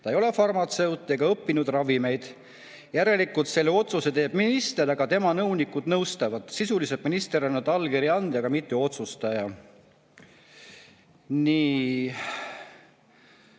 ta ei ole farmatseut ega õppinud ravimeid. Järelikult selle otsuse teeb minister, aga tema nõunikud nõustavad. Sisuliselt minister on ainult allkirja anda, aga mitte otsustaja. Edasi